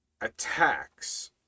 attacks